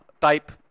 type